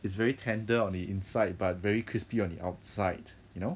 it's very tender on the inside but very crispy on the outside you know